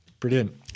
Brilliant